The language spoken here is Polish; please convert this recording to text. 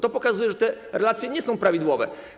To pokazuje, że te relacje nie są prawidłowe.